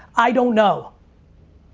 i don't know